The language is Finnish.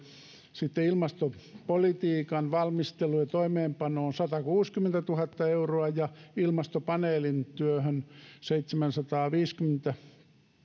sitten ilmastopolitiikan valmisteluun ja toimeenpanoon satakuusikymmentätuhatta euroa ja ilmastopaneelin työhön seitsemänsataaviisikymmentätuhatta